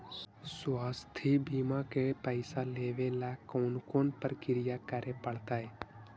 स्वास्थी बिमा के पैसा लेबे ल कोन कोन परकिया करे पड़तै?